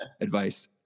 advice